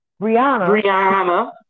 Brianna